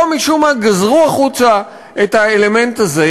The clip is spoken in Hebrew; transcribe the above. פה משום-מה גזרו החוצה את האלמנט הזה,